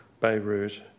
Beirut